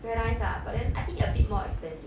very nice lah but then I think a bit more expensive